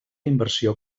inversió